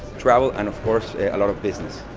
travel, and of course a lot of business.